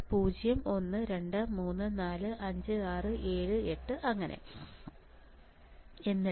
അതിനാൽ 0 1 2 3 4 5 6 7 8